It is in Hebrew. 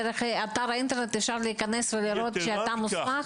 דרך אתר האינטרנט אפשר להיכנס לראות שאתה מוסמך?